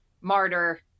martyr